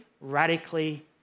radically